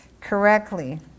Correctly